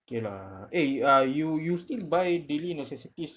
okay lah eh ah you you still buy daily necessities